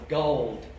gold